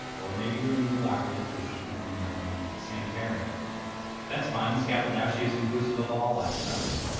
or maybe you're an evil doctor that tortures people in your abandoned sanitarium that's fine the scapeldashi is inclusive of all lifestyles.